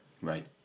Right